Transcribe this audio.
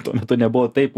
tuo metu nebuvo taip